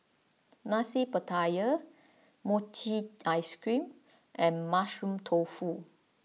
Nasi Pattaya Mochi Ice Ceam and Mushroom Tofu